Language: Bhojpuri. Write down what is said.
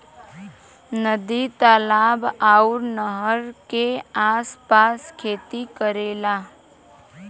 नदी तालाब आउर नहर के आस पास खेती करेला